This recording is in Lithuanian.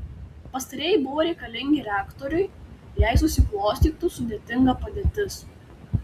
pastarieji buvo reikalingi reaktoriui jei susiklostytų sudėtinga padėtis